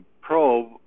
probe